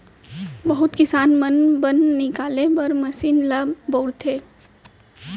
बहुत किसान मन बन निकाले बर मसीन ल बउरथे